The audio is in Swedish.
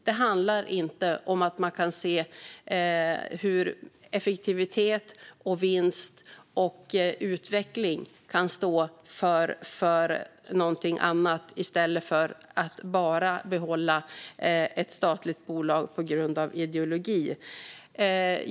Det handlar inte om att man kan se hur effektivitet, vinst och utveckling kan stå för någonting annat i stället för att behålla ett statligt bolag bara på grund av ideologi.